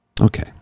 Okay